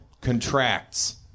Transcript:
Contracts